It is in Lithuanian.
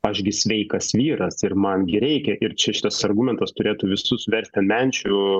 aš gi sveikas vyras ir man gi reikia ir čia šitas argumentas turėtų visus versti ant menčių